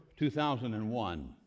2001